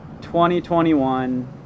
2021